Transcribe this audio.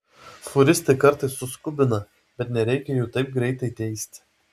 fūristai kartais suskubina bet nereikia jų taip greitai teisti